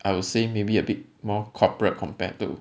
I would say maybe a bit more corporate compared to